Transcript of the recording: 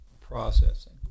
processing